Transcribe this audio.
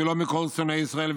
ולא מכל שונאי ישראל,